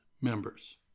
members